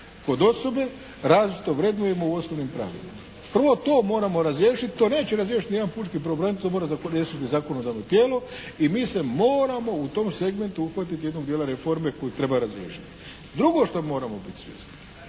kod osobe različito vrednujemo u osnovnim pravilima. Prvo to moramo razriješiti, to neće razriješiti ni jedan pučki pravobranitelj, to mora riješiti zakonodavno tijelo i mi se moramo u tom segmentu uhvatiti jednog dijela reforme koji treba razriješiti. Drugo što moramo biti svjesni,